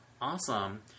Awesome